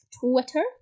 twitter